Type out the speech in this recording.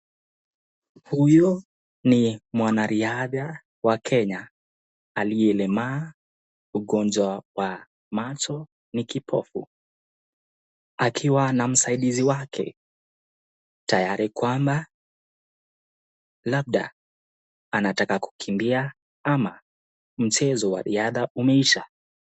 Huyo ni mwanariadha wa Kenya aliyelemaa ugonjwa wa macho, ni kipofu, akiwa na msaidizi wake tayari kwamba labda anataka kukimbia ama mchezo wa riadha umeisha.